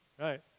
right